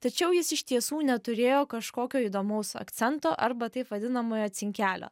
tačiau jis iš tiesų neturėjo kažkokio įdomaus akcento arba taip vadinamojo cinkelio